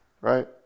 right